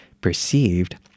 perceived